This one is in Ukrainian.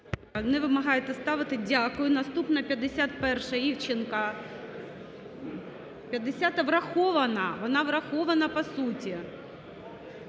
Не вимагаєте ставити. Дякую. Наступна – 51-а, Івченка. 50-а – врахована. Вона врахована по суті.